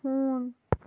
ہوٗن